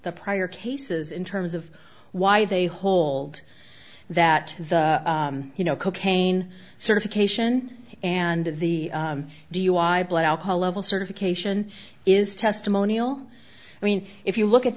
the prior cases in terms of why they hold that the you know cocaine certification and the dui blood alcohol level certification is testimonial i mean if you look at